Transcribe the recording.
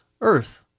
earth